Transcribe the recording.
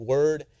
Word